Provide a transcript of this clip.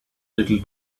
little